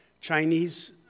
Chinese